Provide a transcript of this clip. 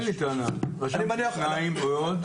אין לי טענה, אז רשמתי שניים, מי עוד?